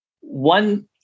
One